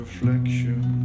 reflection